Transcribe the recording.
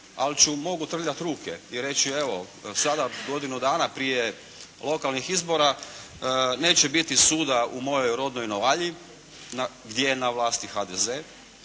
ali mogu trljati ruke i reći evo sada godinu dana prije lokalnih izbora neće biti suda u mojoj rodnoj Novalji gdje je na vlasti HDZ,